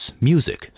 music